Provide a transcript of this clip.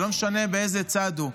ולא משנה באיזה צד הוא,